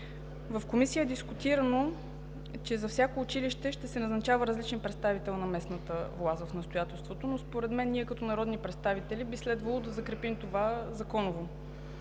В Комисията е дискутирано, че за всяко училище ще се назначава различен представител на местната власт в настоятелството, но според мен, като народни представители, би следвало да закрепим това законово.